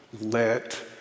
let